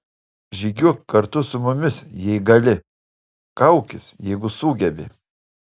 žygiuok kartu su mumis jei gali kaukis jeigu sugebi